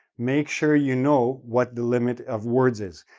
make sure you know what the limit of words is.